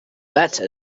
better